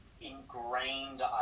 ingrained